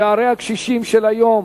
שהרי הקשישים של היום